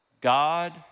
God